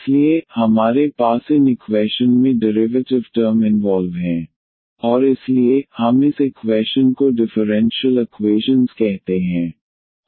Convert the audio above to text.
इसलिए हमारे पास इन इक्वैशन में डेरिवेटिव टर्म इनवॉल्व हैं और इसलिए हम इस इक्वैशन को डिफरेंशियल इक्वैशन कहते हैं